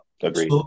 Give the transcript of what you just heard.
Agreed